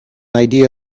idea